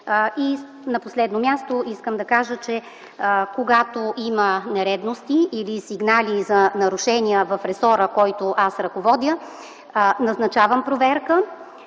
На последно място искам да кажа, че когато има нередности или сигнали за нарушения в ресора, който ръководя, назначавам проверка,